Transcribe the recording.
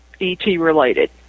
ET-related